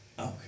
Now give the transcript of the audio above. Okay